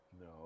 No